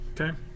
okay